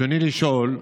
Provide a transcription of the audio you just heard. רצוני לשאול: